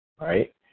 right